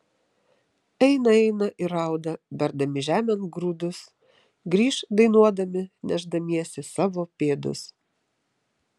eina eina ir rauda berdami žemėn grūdus grįš dainuodami nešdamiesi savo pėdus